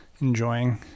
enjoying